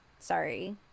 Sorry